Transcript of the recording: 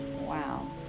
Wow